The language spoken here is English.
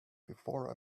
before